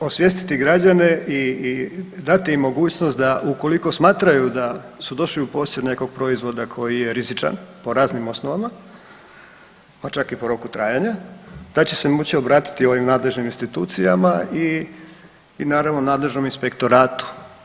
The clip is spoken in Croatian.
osvijestiti građane i dati im mogućnost da, ukoliko smatraju da su došli u posjed nekog proizvoda koji je rizičan po raznim osnovama, pa čak i po roku trajanja, da će se moći obratiti ovim nadležnim institucijama i naravno, nadležnom inspektoratu.